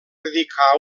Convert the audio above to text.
dedicar